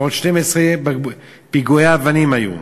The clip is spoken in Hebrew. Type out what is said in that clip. ועוד 12 פיגועי אבנים היו.